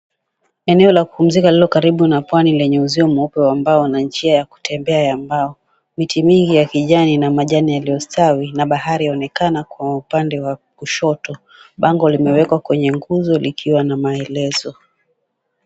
Eneo la kupumzika lililo karibu na pwani lenye uzio mweupe wa mbao na njia ya kutembea ya mbao miti mingi ya kijani ina majani yaliyostawi na bahari kuonekana upande wa kushoto bango limewekwa kwenye nguzo likiwa na maelezo.